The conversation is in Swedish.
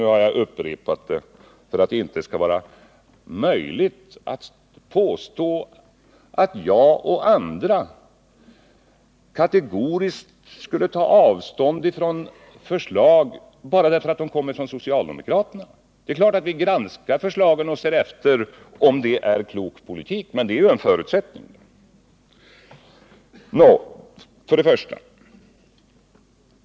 Nu har jag upprepat det för att det inte skall vara möjligt att påstå att jag och andra kategoriskt skulle ta avstånd från förslag bara därför att de kommer från socialdemokraterna. Det är klart att vi granskar förslagen och ser efter om de innebär en klok politik, för det är naturligtvis förutsättningen för att vi skall kunna acceptera dem.